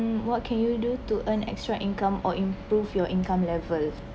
um what can you do to earn extra income or improve your income levels